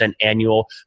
annual